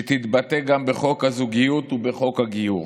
שתתבטא גם בחוק הזוגיות ובחוק הגיור.